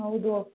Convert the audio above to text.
ಹೌದು